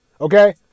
Okay